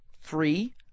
three